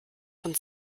von